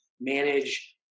manage